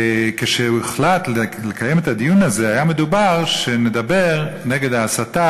וכשהוחלט לקיים את הדיון הזה היה מדובר שנדבר נגד ההסתה